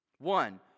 One